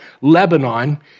Lebanon